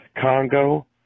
congo